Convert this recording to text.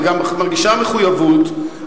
היא גם מרגישה מחויבות,